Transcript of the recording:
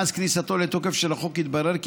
מאז כניסתו לתוקף של החוק התברר כי